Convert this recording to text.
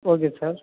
okay sir